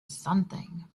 something